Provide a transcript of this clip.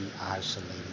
isolated